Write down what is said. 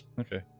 Okay